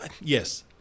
yes